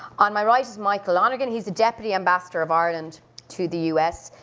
on my right is michael lonergan, he's the deputy ambassador of ireland to the us.